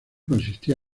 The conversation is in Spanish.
consistía